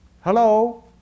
Hello